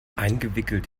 eingewickelt